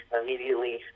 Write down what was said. immediately